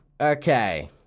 okay